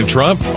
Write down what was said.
Trump